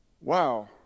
Wow